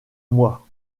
moi